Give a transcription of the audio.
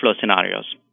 scenarios